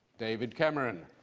david cameron,